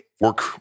work